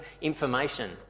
information